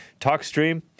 TalkStream